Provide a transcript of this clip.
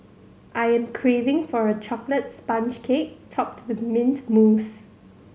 I am craving for a chocolate sponge cake topped with mint mousse